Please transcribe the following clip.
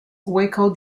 waco